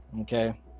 okay